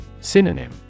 Synonym